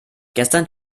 gestern